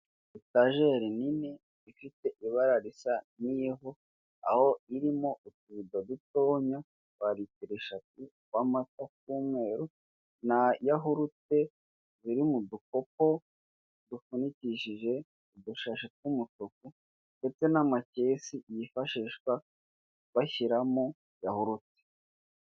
Etageri nini ifite ibara risa n'ivu, aho irimo utuvido dutoya twa ritiro eshatu tw'amata tw'umweru na yahurute ziri mu dukopo dufunikishije udushashi tw'umutuku, ndetse n'amakesi yifashishwa bashyiramo yahurute.